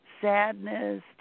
Sadness